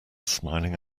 smiling